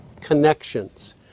connections